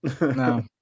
No